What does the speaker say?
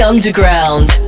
Underground